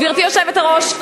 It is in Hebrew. גברתי היושבת-ראש,